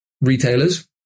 retailers